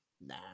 nah